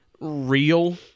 real